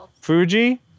Fuji